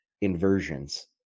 inversions